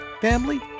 family